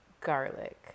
Garlic